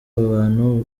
bantu